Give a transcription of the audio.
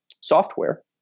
software